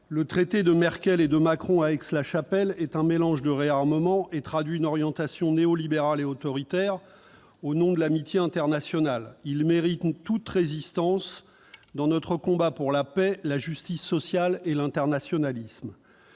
Le traité de Merkel et de Macron à Aix-la-Chapelle est un mélange de réarmement et de préparation à la guerre, et traduit une orientation néolibérale et autoritaire au nom de l'amitié internationale. Il mérite que nous y résistions au nom de notre combat pour la paix, la justice sociale et l'internationalisme.